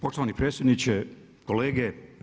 Poštovani predsjedniče, kolege.